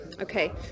Okay